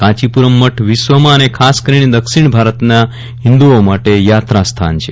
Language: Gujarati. કાંચીપુરમ મઠ વિશ્વમાં અને ખાસ કરીને દક્ષિણ ભારતના હિન્દુઓ માટે યાત્રા સ્થાન છે